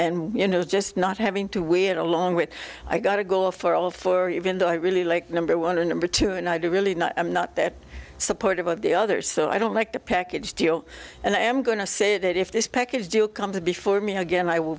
and you know just not having to we had along with i got to go for all four even though i really like number one or number two and i do really not i'm not that supportive of the other so i don't like the package deal and i am going to say that if this package deal comes before me again i will